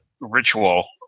ritual